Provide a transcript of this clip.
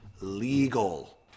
Legal